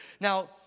Now